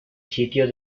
sitio